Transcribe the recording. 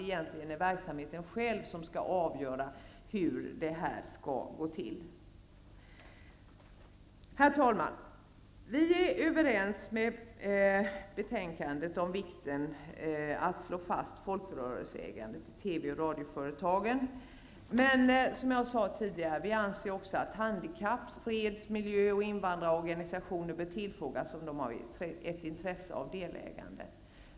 Egentligen är det verksamheten själv som skall avgöra hur det hela skall gå till. Herr talman! Vi är överens med utskottsmajoriteten om vikten av att slå fast folkrörelseägandet till TV och radioföretagen. Som jag sade tidigare anser vi också att handikapp-, freds-, miljö och invandrarorganisationer bör tillfrågas om de har intresse av ett delägande.